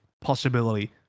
possibility